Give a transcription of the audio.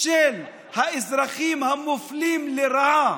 של האזרחים המופלים לרעה,